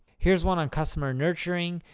here's one on customer nurturing.